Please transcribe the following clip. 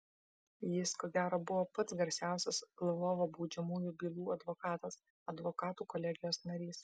jis ko gero buvo pats garsiausias lvovo baudžiamųjų bylų advokatas advokatų kolegijos narys